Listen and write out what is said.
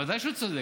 ודאי שהוא צודק.